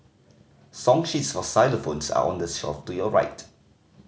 song sheets for xylophones are on the shelf to your right